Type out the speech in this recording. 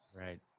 Right